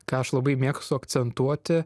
ką aš labai mėgstu akcentuoti